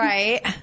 Right